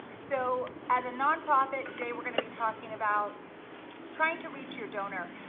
so as a nonprofit, today we're gonna be talking about trying to reach your donor.